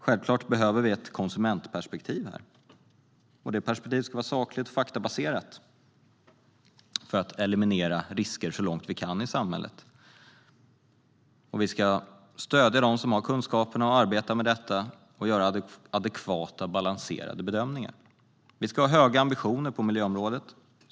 Självklart behöver vi ett konsumentperspektiv på det här, och det perspektivet ska vara sakligt och faktabaserat för att eliminera risker i samhället så långt vi kan. Vi ska stödja dem som har kunskaperna och arbetar med detta i att göra adekvata, balanserade bedömningar. Vi ska ha höga ambitioner på miljöområdet.